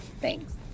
Thanks